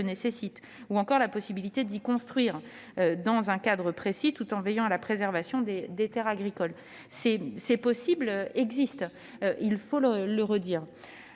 nécessite, ou encore à la possibilité d'y construire, dans un cadre précis, tout en veillant à la préservation des terres agricoles. Il faut le redire